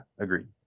agreed